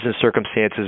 circumstances